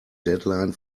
deadline